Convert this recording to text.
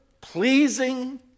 pleasing